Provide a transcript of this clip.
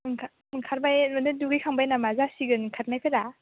ओंखारबाय माने दुगैखांबाय नामा जासिगोन ओंखारनायफोरा